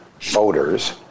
voters